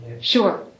Sure